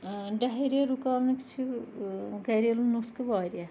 ڈہری رُکاونکۍ چھِ گَریلو نُسخہٕ واریاہ